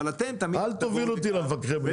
אל תוביל אותי למפקחי הבנייה,